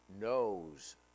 knows